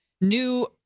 new